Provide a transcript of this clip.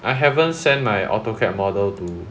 I haven't send my auto CAD model to